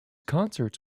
concerts